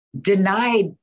denied